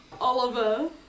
Oliver